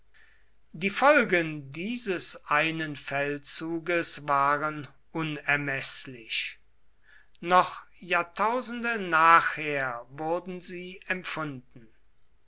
die folgen dieses einen feldzuges waren unermeßlich noch jahrtausende nachher wurden sie empfunden